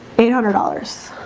eight hundred dollars